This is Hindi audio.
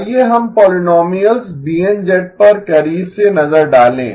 आइए हम पोलीनोमीअल्स BN पर करीब से नज़र डालें